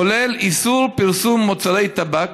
כולל איסור פרסום מוצרי טבק